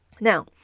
Now